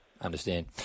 understand